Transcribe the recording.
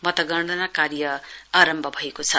मतगणना कार्य आरम्भ भएको छ